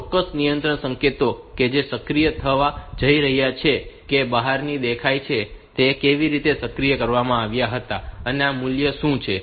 તેથી ચોક્કસ નિયંત્રણ સંકેતો કે જે સક્રિય થવા જઈ રહ્યા છે કે જે બહારથી દેખાય છે તે કેવી રીતે સક્રિય કરવામાં આવ્યા હતા અને આ મૂલ્યો શું છે